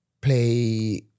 play